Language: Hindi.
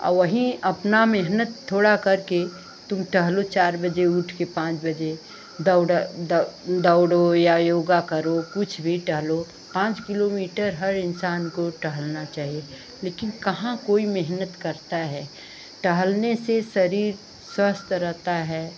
वहीं अपनी मेहनत थोड़ा करके तुम टहलो चार बजे उठकर पाँच बजे दौड़ दौड़ो या योगा करो कुछ भी टहलो पाँच किलोमीटर हर इन्सान को टहलना चाहिए लेकिन कहाँ कोई मेहनत करता है टहलने से शरीर स्वस्थ रहता है